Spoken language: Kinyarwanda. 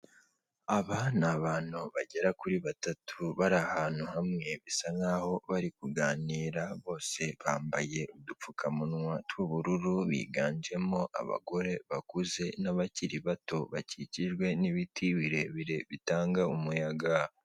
Aba ni abantu bagera kuri batatu bari ahantu hamwe, bisa nkaho bari kuganira, bose bambaye udupfukamunwa tw'ubururu, biganjemo abagore bakuze n'abakiri bato, bakikijwe n'ibiti birebire bitanga umuyaga.